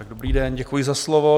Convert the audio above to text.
Dobrý den, děkuji za slovo.